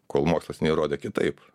kol mokslas neįrodė kitaip